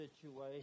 situation